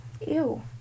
Ew